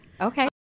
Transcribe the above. Okay